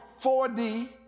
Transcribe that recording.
4D